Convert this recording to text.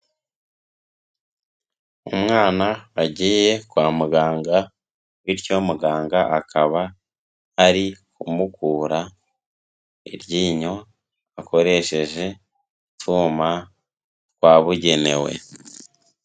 Umwana wagiye kwa muganga bityo muganga akaba ari kumukura iryinyo akoresheje utwuma twabugenewe.